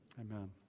Amen